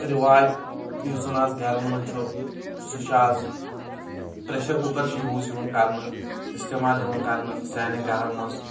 رِواج یُس زَن اَز گَرَن منٛز چھُ سُہ چھُ اَز پرٛیشَ کُکَر چُھ یوٗز یِوان کَرنہٕ اِستعمال یِوان کَرنہٕ سانٮ۪ن گَرَن منٛز